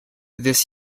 this